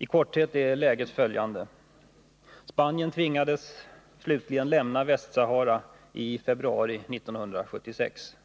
I korthet är läget följande: Spanien tvingades slutligen lämna Västsahara i februari 1976.